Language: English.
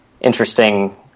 interesting